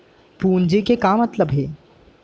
पूंजी के का मतलब हे?